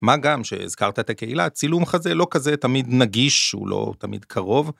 מה גם שהזכרת את הקהילה צילום חזה לא כזה תמיד נגיש. הוא לא תמיד קרוב.